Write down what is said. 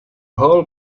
whole